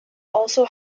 also